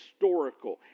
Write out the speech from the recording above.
historical